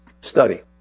study